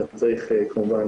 אתה צריך כמובן,